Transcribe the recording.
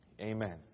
Amen